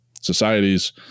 societies